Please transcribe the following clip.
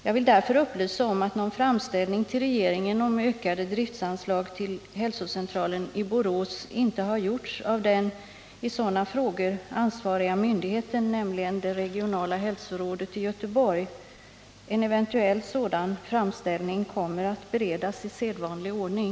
Jag vill därför upplysa om att någon framställning till regeringen om en ökning av driftanslagen till hälsocentralen i Borås inte gjorts av den i sådana frågor ansvariga myndigheten, nämligen det regionala hälsorådet i Göteborg. En eventuell sådan framställning kommer att beredas i sedvanlig ordning.